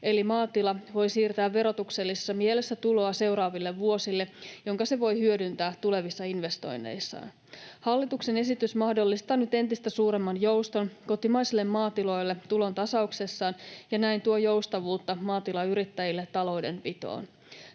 eli maatila voi siirtää verotuksellisessa mielessä tuloa seuraaville vuosille, jonka se voi hyödyntää tulevissa investoinneissaan. Hallituksen esitys mahdollistaa nyt entistä suuremman jouston kotimaisille maatiloille tulontasauksessaan ja näin tuo joustavuutta maatilayrittäjille taloudenpitoon.